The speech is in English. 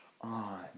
on